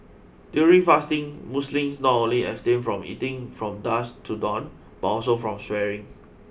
during fasting Muslims not only abstain from eating from dusk to dawn but also from swearing